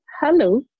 hello